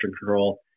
control